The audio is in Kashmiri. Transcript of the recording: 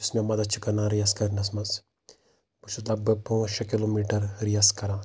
یُس مےٚ مدد چھُ کَران ریس کَرنَس منٛز بہٕ چھُس لگ بگ پانٛژھ شیےٚ کِلومیٖٹر ریس کَران